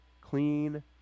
clean